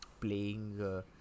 playing